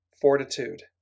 fortitude